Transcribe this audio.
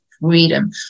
freedom